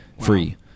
free